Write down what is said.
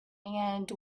and